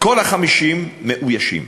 כל ה-50 מאוישים.